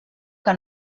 que